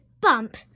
Bump